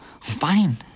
fine